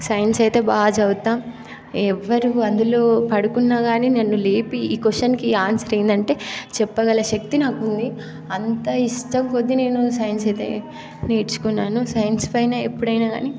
science అయితే బాగా చదువుతాను ఎవరూ అందులో పడుకున్నా కానీ నన్ను లేపి ఈ క్వశ్చన్కి ఈ ఆన్సర్ ఏంటంటే చెప్పగల శక్తి నాకు ఉంది అంత ఇష్టంకొద్దీ నేను సైన్స్ అయితే నేర్చుకున్నాను సైన్స్ పైనే ఎప్పుడైనా కానీ